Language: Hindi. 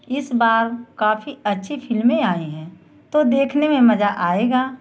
इस बार काफ़ी अच्छी फ़िल्में आई हैं तो देखने में मज़ा आएगा